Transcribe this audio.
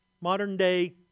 modern-day